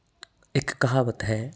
ਇੱਕ ਕਹਾਵਤ ਹੈ